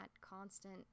constant